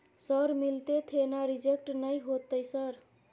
Sir मिलते थे ना रिजेक्ट नय होतय सर?